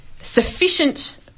sufficient